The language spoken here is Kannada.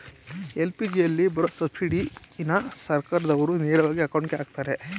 ಎಲ್.ಪಿ.ಜಿಯಲ್ಲಿ ಬರೋ ಸಬ್ಸಿಡಿನ ಸರ್ಕಾರ್ದಾವ್ರು ನೇರವಾಗಿ ಅಕೌಂಟ್ಗೆ ಅಕ್ತರೆ